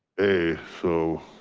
a so